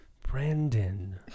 Brandon